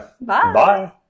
bye